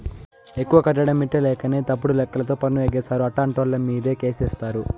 ఎక్కువ కట్టడం ఇట్టంలేకనే తప్పుడు లెక్కలతో పన్ను ఎగేస్తారు, అట్టాంటోళ్ళమీదే కేసేత్తారు